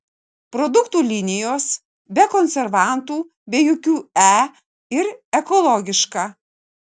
produktų linijos be konservantų be jokių e ir ekologiška